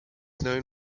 known